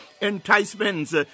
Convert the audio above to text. enticements